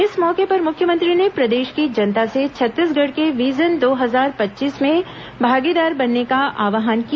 इस मौके पर मुख्यमंत्री ने प्रदेष की जनता से छत्तीसगढ़ के विजन दो हजार पच्चीस में भागीदार बनने का आव्हान किया